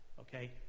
Okay